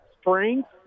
strength